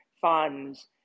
funds